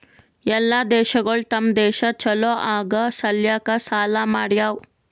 ಎಲ್ಲಾ ದೇಶಗೊಳ್ ತಮ್ ದೇಶ ಛಲೋ ಆಗಾ ಸಲ್ಯಾಕ್ ಸಾಲಾ ಮಾಡ್ಯಾವ್